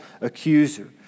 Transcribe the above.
accuser